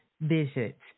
visits